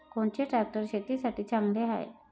कोनचे ट्रॅक्टर शेतीसाठी चांगले हाये?